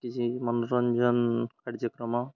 କିଛି ମନୋରଞ୍ଜନ କାର୍ଯ୍ୟକ୍ରମ